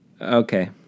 okay